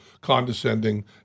condescending